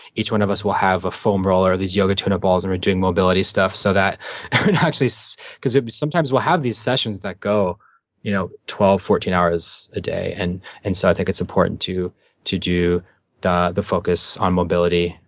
each one of us will have a foam roller, these yoga tune-up balls, and we're doing mobility stuff, so that so because sometimes we'll have these sessions that go you know twelve, fourteen hours a day, and and so i think it's important to to do the the focus on mobility.